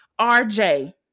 RJ